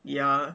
ya